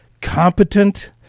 competent